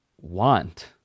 want